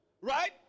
right